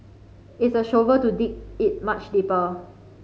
it's a shovel to dig it much deeper